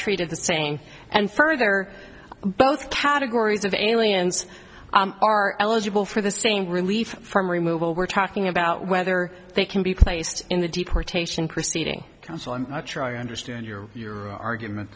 treated the same and further both categories of aliens are eligible for the same relief from removal we're talking about whether they can be placed in the deportation proceeding so i'm not sure i understand your argument